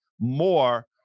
more